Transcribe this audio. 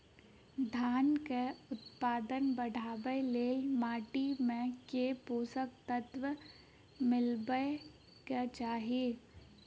धानक उत्पादन बढ़ाबै लेल माटि मे केँ पोसक तत्व मिलेबाक चाहि?